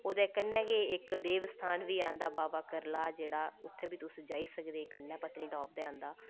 ओह्दे कन्नै गै इक देवस्थान बी आंदा बाब करलाह् जेह्ड़ा उत्थे बी तुस जाई सकदे कन्नै पत्नीटॉप दे आंदा